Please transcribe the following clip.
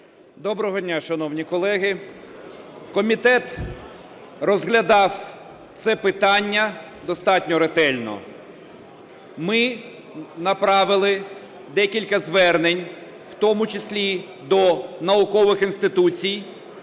Доброго дня, шановні колеги! Комітет розглядав це питання достатньо ретельно. Ми направили декілька звернень в тому числі до наукових інституцій,